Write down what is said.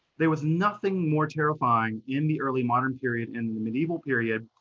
there was nothing more terrifying in the early modern period, in the medieval period,